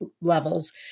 levels